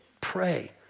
Pray